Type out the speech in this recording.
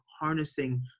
harnessing